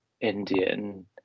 Indian